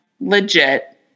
legit